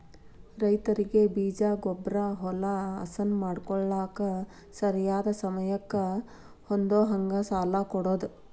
ರೈತರಿಗೆ ಬೇಜ, ಗೊಬ್ಬ್ರಾ, ಹೊಲಾ ಹಸನ ಮಾಡ್ಕೋಳಾಕ ಸರಿಯಾದ ಸಮಯಕ್ಕ ಹೊಂದುಹಂಗ ಸಾಲಾ ಕೊಡುದ